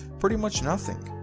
pretty much nothing,